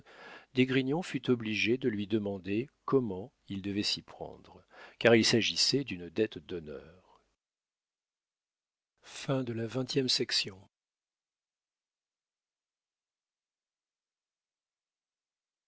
maufrigneuse d'esgrignon fut obligé de lui demander comment il devait s'y prendre car il s'agissait d'une dette d'honneur